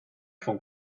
von